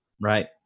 Right